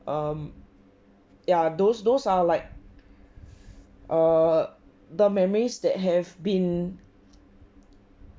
um ya those those are like err the memories that have been